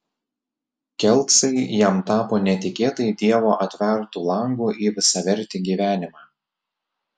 kelcai jam tapo netikėtai dievo atvertu langu į visavertį gyvenimą